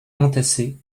entassées